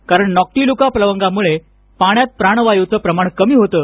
कारण नॉक्टिल्युका प्लवंगामुळे पाण्यात प्राणवायूच प्रमाण कमी होतं